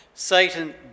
Satan